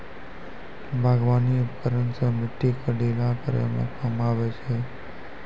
बागबानी उपकरन सें मिट्टी क ढीला करै म काम आबै छै